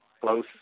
close